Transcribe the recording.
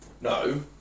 No